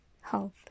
health